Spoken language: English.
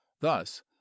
Thus